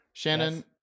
Shannon